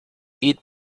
eat